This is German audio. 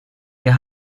wir